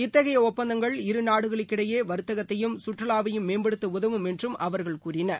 இத்தகையஒப்பந்தங்கள் நாடுகளுக்கிடையேவா்த்தகத்தையும் சுற்றாலாவையும் இரு மேம்படுத்தஉதவும் என்றும் அவர்கள் கூறினர்